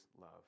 love